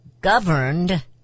governed